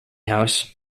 house